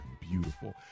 beautiful